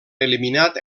eliminat